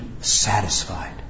satisfied